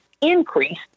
increase